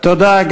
תודה.